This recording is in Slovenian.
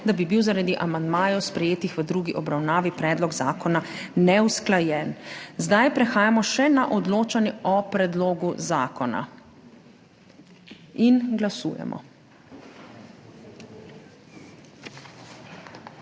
da bi bil zaradi amandmajev, sprejetih v drugi obravnavi, predlog zakona neusklajen. Zdaj prehajamo še na odločanje o predlogu zakona. Glasujemo.